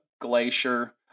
Glacier